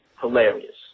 hilarious